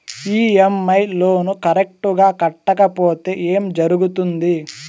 EMI loan correct గా కట్టకపోతే ఏం జరుగుతుంది